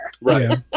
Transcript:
Right